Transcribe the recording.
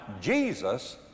Jesus